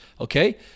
okay